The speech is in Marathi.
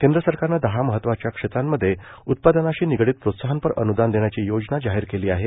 केंद्र सरकारनं दहा महत्वाच्या क्षेत्रांमधे उत्पादनाशी निगडीत प्रोत्साहनपर अन्दान देण्याची योजना जाहीर केली आहे